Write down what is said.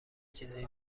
چیزی